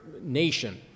nation